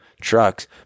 trucks